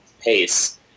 pace